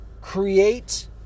create